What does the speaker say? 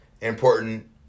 important